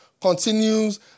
continues